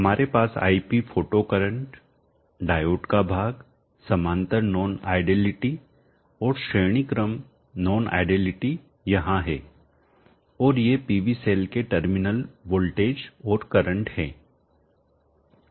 हमारे पास ip photo current diode का भाग समांतर नॉन आइडियलिटी और श्रेणी क्रम नॉन आइडियलिटी यहां है और ये पीवी सेल के टर्मिनल वोल्टेज और करंट है